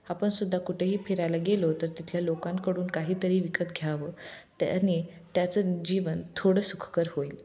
आपणसुद्धा कुठेही फिरायला गेलो तर तिथल्या लोकांकडून काहीतरी विकत घ्यावं त्याने त्याचं जीवन थोडं सुखकर होईल